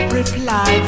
reply